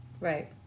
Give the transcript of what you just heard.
Right